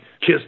Kiss